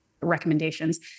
Recommendations